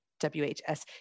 WHS